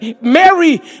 Mary